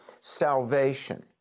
Salvation